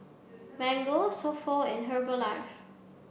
mango So Pho and Herbalife